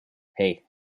hey